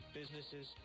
businesses